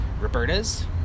Roberta's